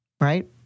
right